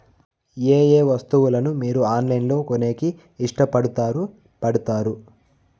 ఏయే వస్తువులను మీరు ఆన్లైన్ లో కొనేకి ఇష్టపడుతారు పడుతారు?